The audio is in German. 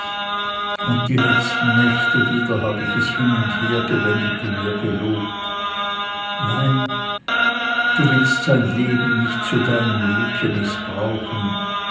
und die letzten nächte wieder hab ich es hin und her gewendet und mir gelobt nein du willst sein leben nicht zu deinem glücke mißbrauchen